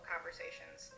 conversations